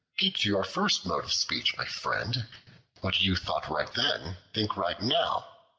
keep to your first mode of speech, my friend what you thought right then, think right now.